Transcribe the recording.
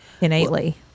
innately